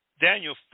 Daniel